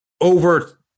over